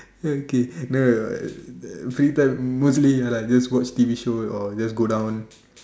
okay no no no uh the free time mostly ya lah just watch T_V shows or just go down